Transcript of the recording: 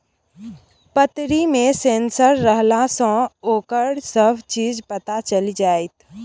पतरी मे सेंसर रहलासँ ओकर सभ चीज पता चलि जाएत